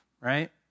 right